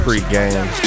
Pre-game